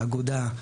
האגודה למלחמה